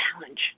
challenge